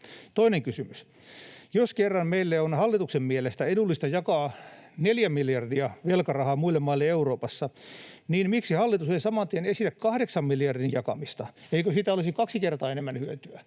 Toinen kysymys: Jos kerran hallituksen mielestä meille on edullista jakaa 4 miljardia euroa velkarahaa muille maille Euroopassa, niin miksi hallitus ei saman tien esitä 8 miljardin euron jakamista — eikö siitä olisi kaksi kertaa enemmän hyötyä?